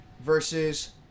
versus